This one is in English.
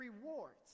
rewards